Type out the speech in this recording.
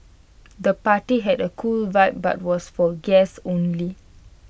the party had A cool vibe but was for guests only